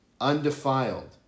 undefiled